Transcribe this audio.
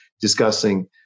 discussing